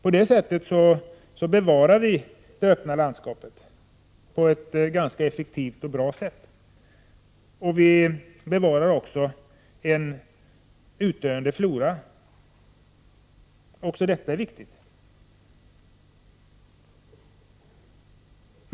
På det sättet bevarar vi på ett effektivt och bra sätt det öppna landskapet och flora som håller på att dö ut. Också detta är viktigt.